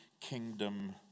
kingdom